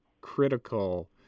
critical